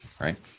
right